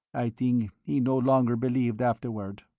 i think he no longer believed afterward.